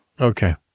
Okay